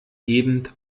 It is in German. eben